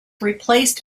replaced